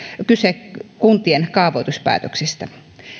kyse kuntien kaavoituspäätöksistä